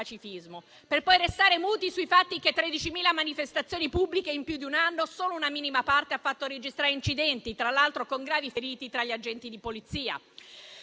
per poi restare muti sul fatto che su 13.000 manifestazioni pubbliche in più di un anno solo una minima parte ha fatto registrare incidenti, tra l'altro con gravi feriti tra gli agenti di Polizia,